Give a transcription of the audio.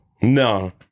no